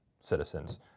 citizens